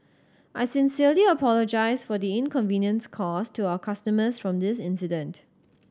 I sincerely apologise for the inconvenience caused to our customers from this incident